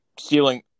ceiling